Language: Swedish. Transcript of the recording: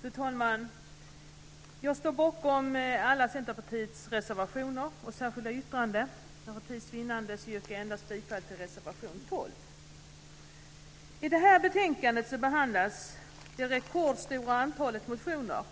Fru talman! Jag står bakom Centerpartiets reservationer och särskilda yttrande. För tids vinnande yrkar jag bifall endast till reservation 12. I detta betänkande behandlas det rekordstora antalet motioner